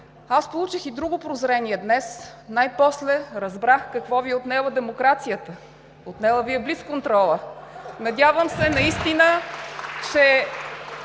аз получих и друго прозрение днес – най-после разбрах какво Ви е отнела демокрацията. Отнела Ви е блицконтрола. (Шум, смях и